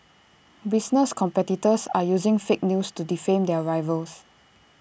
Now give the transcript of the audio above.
business competitors are using fake news to defame their rivals